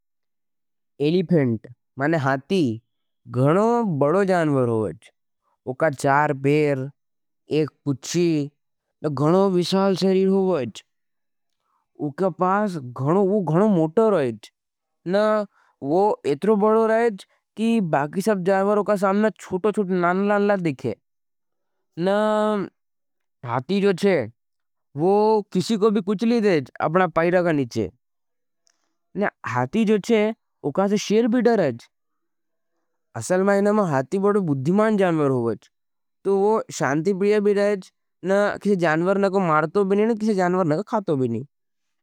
एलिफेंट, माने हाथी, गणों बड़ो जानवर होईज। उका चार पेर, एक पुछी, गणों विशाल सरीर होईज। उके पास गणों मोटर होईज, न वो एतरों बड़ो रहेज, कि बाकी सब जानवर उका सामना चुटों चुटों नान लाला दिखे। हाथी किसी को बी कुछली देज, अपना पाईड़ा का निचे। हाथी उका सा सिर भी डरेज। असल माईनमा हाथी बड़ो बुद्धिमान जानवर होईज। तो वो शांति ब्रिया भी रहेज, न किसी जानवर न को मारतो भी नहीं, न किसी जानवर न को खातो भी नहीं।